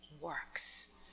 works